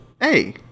Hey